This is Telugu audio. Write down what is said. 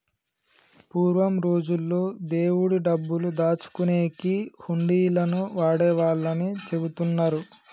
పూర్వం రోజుల్లో దేవుడి డబ్బులు దాచుకునేకి హుండీలను వాడేవాళ్ళని చెబుతున్నరు